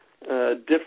different